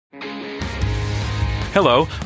Hello